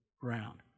ground